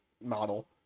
model